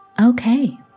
Okay